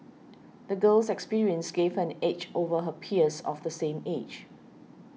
the girl's experiences gave her an edge over her peers of the same age